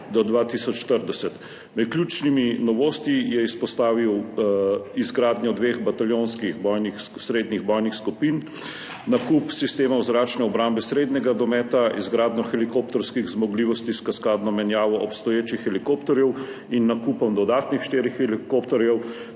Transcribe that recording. do 2040. Med ključnimi novostmi je izpostavil izgradnjo dveh bataljonskih srednjih bojnih skupin, nakup sistemov zračne obrambe srednjega dometa, izgradnjo helikopterskih zmogljivosti s kaskadno menjavo obstoječih helikopterjev in nakupom dodatnih štirih helikopterjev